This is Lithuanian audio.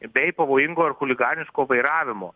bei pavojingo ar chuliganiško vairavimo